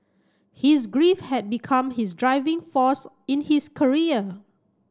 his grief had become his driving force in his career